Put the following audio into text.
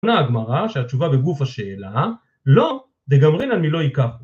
עונה הגמרא שהתשובה בגוף השאלה, לא, דגמרין אני לא אקח.